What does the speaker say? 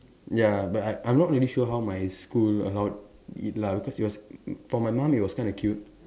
ya but I I'm not really sure how my school allowed it lah because it was for my mom it was kind of cute